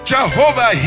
Jehovah